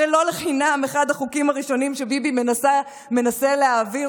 הרי לא לחינם אחד החוקים הראשונים שביבי מנסה להעביר,